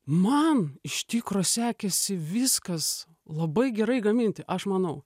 man iš tikro sekėsi viskas labai gerai gaminti aš manau